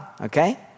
okay